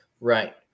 Right